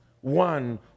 one